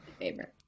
favorite